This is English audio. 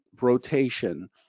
rotation